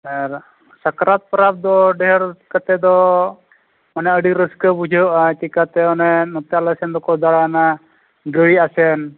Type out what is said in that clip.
ᱟᱨ ᱥᱟᱠᱨᱟᱛ ᱯᱚᱨᱚᱵᱽ ᱫᱚ ᱰᱷᱮᱨ ᱠᱟᱛᱮᱫ ᱫᱚ ᱢᱟᱱᱮ ᱟᱹᱰᱤ ᱨᱟᱹᱥᱠᱟᱹ ᱵᱩᱡᱷᱟᱹᱜᱼᱟ ᱪᱤᱠᱟᱹᱛᱮ ᱚᱱᱮ ᱱᱚᱛᱮ ᱟᱞᱮᱥᱮᱱ ᱫᱚᱠᱚ ᱫᱟᱬᱟᱱᱟ ᱜᱟᱹᱭ ᱟᱛᱮᱫ